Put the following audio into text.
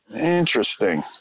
Interesting